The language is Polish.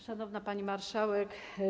Szanowna Pani Marszałek!